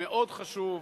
מאוד חשוב,